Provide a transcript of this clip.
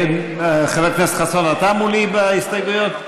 חבר הכנסת חסון, אתה מולי בהסתייגויות?